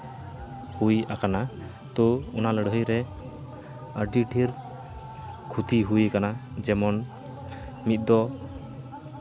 ᱦᱩᱭ ᱟᱠᱟᱱᱟ ᱛᱚ ᱚᱱᱟ ᱞᱟᱹᱲᱦᱟᱹᱭ ᱨᱮ ᱟᱹᱰᱤ ᱰᱷᱮᱨ ᱠᱷᱩᱛᱤ ᱦᱩᱭᱟᱠᱟᱱᱟ ᱡᱮᱢᱚᱱ ᱢᱤᱫ ᱫᱚ